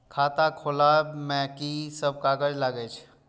खाता खोलब में की सब कागज लगे छै?